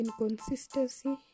Inconsistency